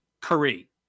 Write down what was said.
curry